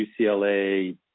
UCLA